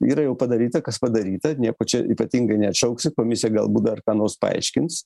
yra jau padaryta kas padaryta nieko čia ypatingai neatšauksi komisija galbūt dar ką nors paaiškins